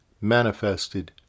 manifested